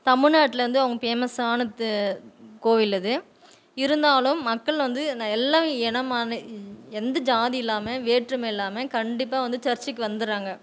தமிழ்நாட்டில் வந்து அவங்க ஃபேமஸானது கோவில் அது இருந்தாலும் மக்கள் வந்து ந எல்லா இனமான எந்த ஜாதி இல்லாமல் வேற்றுமை இல்லாமல் கண்டிப்பாக வந்து சர்ச்சுக்கு வந்துடுறாங்க